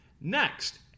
Next